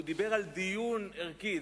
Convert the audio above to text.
אבל הוא דיבר על דיון ערכי.